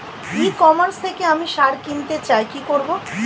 ই commerce থেকে আমি সার কিনতে চাই কি করব?